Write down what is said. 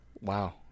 Wow